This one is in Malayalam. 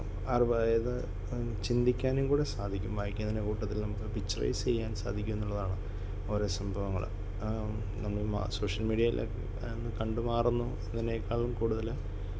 അറിവായത് ചിന്തിക്കാനും കൂടെ സാധിക്കും വായിക്കുന്നതിനെ കൂട്ടത്തിൽ നമുക്ക് പിക്ച്ചറൈസ് ചെയ്യാൻ സാധിക്കും എന്നുള്ളതാണ് ഓരോ സംഭവങ്ങൾ നമ്മൾ മാ സോഷ്യൽ മീഡിയയിലെ കണ്ടു മാറുന്നു അതിനേക്കാളും കൂടുതൽ